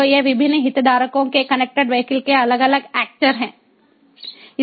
तो ये विभिन्न हितधारकों के कनेक्टेड वीहिकल के अलग अलग ऐक्टर हैं